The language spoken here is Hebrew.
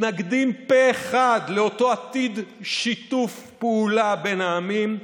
מתנגדים פה אחד לאותו עתיד של שיתוף פעולה בין העמים.